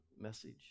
message